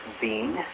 Bean